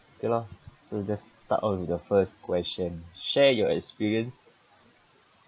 okay lah so just start off with the first question share your experience